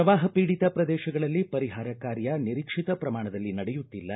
ಪ್ರವಾಪ ಪೀಡಿತ ಪ್ರದೇಶಗಳಲ್ಲಿ ಪರಿಹಾರ ಕಾರ್ಯ ನಿರೀಕ್ಷಿತ ಪ್ರಮಾಣದಲ್ಲಿ ನಡೆಯುತ್ತಿಲ್ಲ